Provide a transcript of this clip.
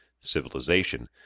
Civilization